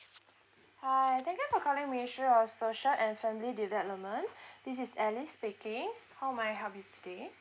hi thank you for calling ministry of social and family development this is alice speaking how may I help you today